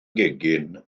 gegin